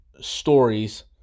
stories